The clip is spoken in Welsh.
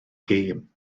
gêm